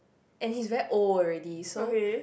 and he's very old already so